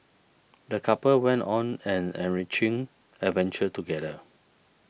the couple went on an enriching adventure together